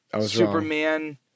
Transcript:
Superman